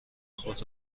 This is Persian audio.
خود